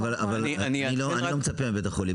אני לא מצפה מקופות החולים,